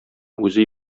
үзе